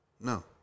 No